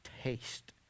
taste